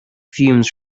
fumes